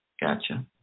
Gotcha